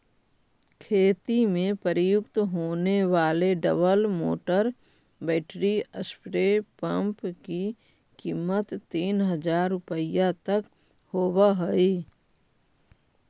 खेती में प्रयुक्त होने वाले double motor battery spray pump की कीमत तीन हज़ार रुपया तक होवअ हई